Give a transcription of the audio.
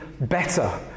better